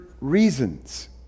reasons